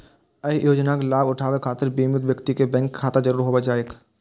एहि योजनाक लाभ उठाबै खातिर बीमित व्यक्ति कें बैंक खाता जरूर होयबाक चाही